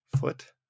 foot